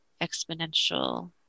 exponential